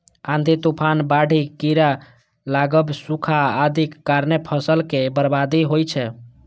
आंधी, तूफान, बाढ़ि, कीड़ा लागब, सूखा आदिक कारणें फसलक बर्बादी होइ छै